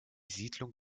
siedlung